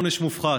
עונש מופחת,